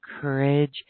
courage